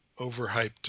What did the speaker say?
overhyped